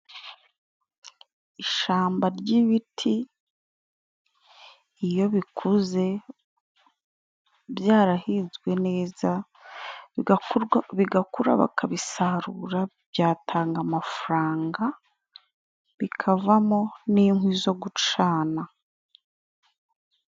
Ishamba ry'ibiti iyo bikuze byarahinzwe neza, bigakura bakabisarura, byatanga amafaranga, bikavamo n'inkwi zo gucana.